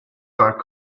guard